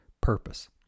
purpose